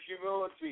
humility